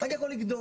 רק יכול לגדול.